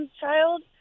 child